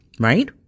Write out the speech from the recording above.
Right